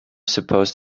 supposed